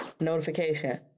notification